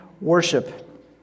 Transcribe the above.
worship